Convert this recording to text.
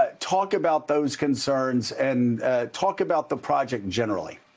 ah talk about those concerns and talk about the project generally.